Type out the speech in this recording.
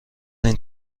این